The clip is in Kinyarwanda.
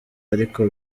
ariko